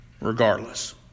regardless